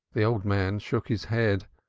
the old man shook his head.